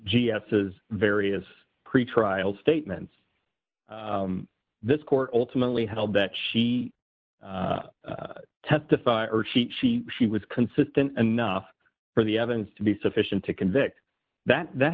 has various pretrial statements this court ultimately held that she testify or she she she was consistent enough for the evidence to be sufficient to convict that that